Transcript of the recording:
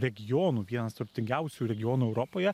regionų vienas turtingiausių regionų europoje